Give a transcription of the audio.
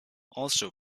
also